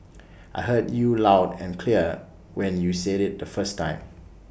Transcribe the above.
I heard you loud and clear when you said IT the first time